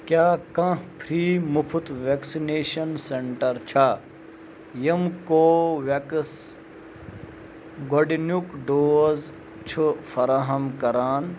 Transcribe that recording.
کیٛاہ کانٛہہ فِرٛی مُفط وٮ۪کسِنیشَن سٮ۪نٛٹَر چھےٚ یِم کو وٮ۪کٕس گۄڈٕنیُک ڈوز چھُ فراہَم کران